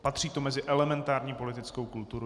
Patří to mezi elementární politickou kulturu.